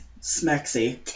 smexy